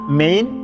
main